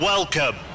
Welcome